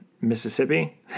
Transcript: Mississippi